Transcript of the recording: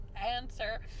answer